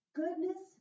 goodness